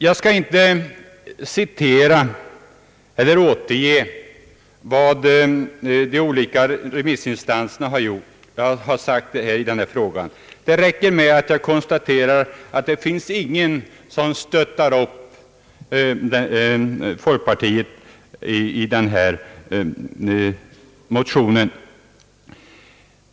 Jag skall inte återge vad de olika remissinstanserna sagt i denna fråga. Det räcker med att jag konstaterar att ingen stöttar upp folkpartimotionerna.